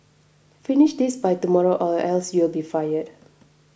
finish this by tomorrow or else you'll be fired